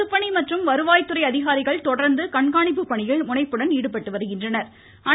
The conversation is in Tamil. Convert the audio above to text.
பொதுப்பணி மற்றும் வருவாய் துறை அதிகாரிகள் தொடர்ந்து கண்காணிப்பு பணியில் முனைப்புடன் ஈடுபட்டுள்ளனர்